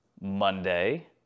Monday